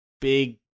big